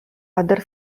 other